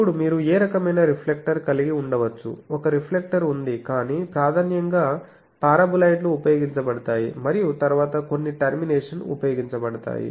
అప్పుడు మీరు ఏ రకమైన రిఫ్లెక్టర్ కలిగి ఉండవచ్చు ఒక రిఫ్లెక్టర్ ఉందికానీ ప్రాధాన్యంగా పారాబొలాయిడ్లు ఉపయోగించబడతాయి మరియు తరువాత కొన్ని టర్మినేషన్ ఉపయోగించబడతాయి